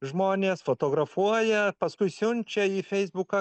žmonės fotografuoja paskui siunčia į feisbuką